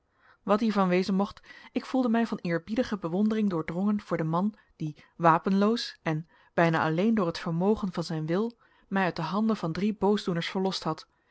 wat hiervan wezen mocht ik voelde mij van eerbiedige bewondering doordrongen voor den man die wapenloos en bijna alleen door het vermogen van zijn wil mij uit de handen van drie boosdoeners verlost had